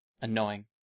Annoying